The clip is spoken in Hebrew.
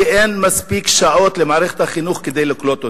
כי אין מספיק שעות למערכת החינוך כדי לקלוט אותם.